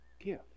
give